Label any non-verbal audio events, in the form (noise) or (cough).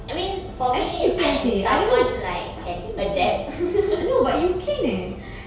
I mean for me I'm someone like can adapt (laughs)